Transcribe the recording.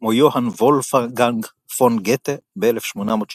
כמו יוהאן וולפגנג פון גתה ב-1869.